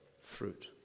fruit